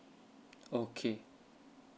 okay